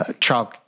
child